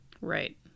Right